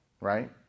Right